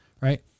Right